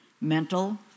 mental